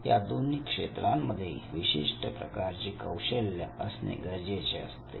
या दोन्ही क्षेत्रांमध्ये विशिष्ट प्रकारचे कौशल्य असणे गरजेचे असते